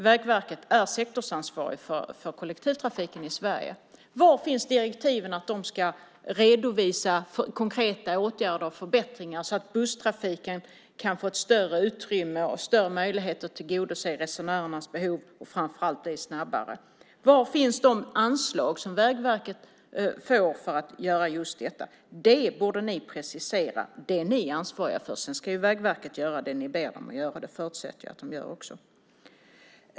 Vägverket är sektorsansvarig för kollektivtrafiken i Sverige. Var finns direktiven att Vägverket ska redovisa konkreta åtgärder till förbättringar så att busstrafiken kan få ett större utrymme och större möjlighet att tillgodose resenärernas behov och framför allt bli snabbare? Var finns de anslag som Vägverket får för att göra just detta? Det borde ni precisera. Det är ni ansvariga för. Sedan ska Vägverket göra det ni ber om. Det förutsätter jag också att det gör.